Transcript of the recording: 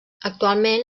actualment